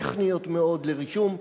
טכניות מאוד לרישום.